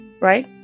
right